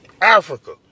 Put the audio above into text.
Africa